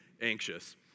anxious